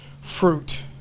fruit